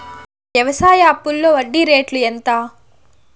వ్యవసాయ అప్పులో వడ్డీ రేట్లు ఎంత?